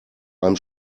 einem